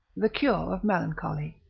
the cure of melancholy.